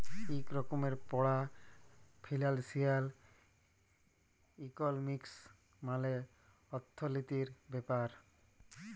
ইক রকমের পড়া ফিলালসিয়াল ইকলমিক্স মালে অথ্থলিতির ব্যাপার